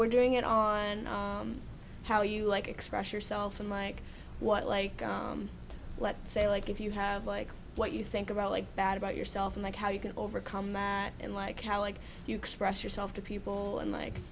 we're doing it on and how you like express yourself i'm like what like let's say like if you have like what you think about like bad about yourself and like how you can overcome and like how like you express yourself to people and like